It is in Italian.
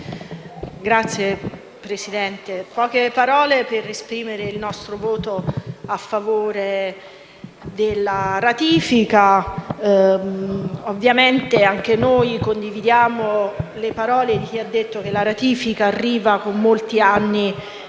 Signor Presidente, dirò poche parole per annunciare il nostro voto a favore della ratifica in esame. Ovviamente anche noi condividiamo le parole di chi ha detto che la ratifica arriva con molti anni di